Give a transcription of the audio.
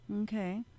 Okay